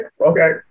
okay